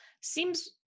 seems